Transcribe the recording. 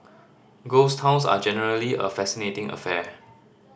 ghost towns are generally a fascinating affair